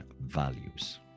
values